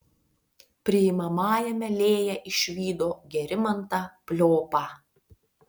priimamajame lėja išvydo gerimantą pliopą